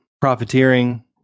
profiteering